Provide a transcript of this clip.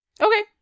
Okay